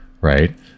right